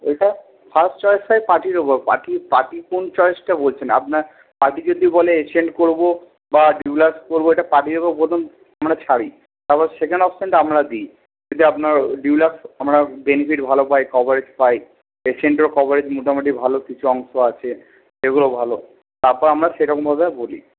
ওইটা ফার্স্ট চয়েসটাই পার্টির ওপর পার্টি পার্টি কোন চয়েসটা বলছেন আপনার পার্টি যদি বলেন এশিয়ান করবো বা ডুলাক্স করবো এটা পার্টির ওপর আমরা প্রথম ছাড়ি তারপর সেকেন্ড অপশেনটা আমরা দি যদি আপনার ডুলাক্স আমরা বেনিফিট ভালো পাই কভারেজ পাই এশিয়ানের কভারেজ মোটামুটি ভালো কিছু অংশ আছে সেগুলো ভালো তারপর আমরা সেরকম ভাবে বলি